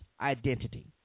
identity